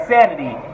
Sanity